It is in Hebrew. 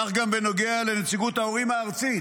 כך גם בנוגע לנציגות ההורים הארצית.